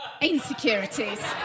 insecurities